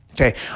Okay